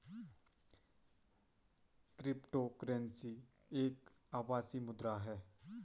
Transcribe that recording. crypto currency एक आभासी मुद्रा है